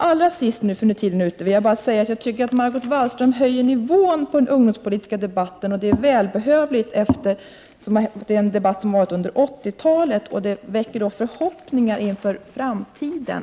Allra sist vill jag säga att jag tycker att Margot Wallström höjer nivån på den ungdomspolitiska debatten, och det är välbehövligt efter den debatt som fördes under 1980-talet. Det väcker förhoppningar inför framtiden.